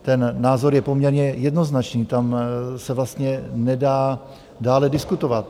Ten názor je poměrně jednoznačný, tam se vlastně nedá dále diskutovat.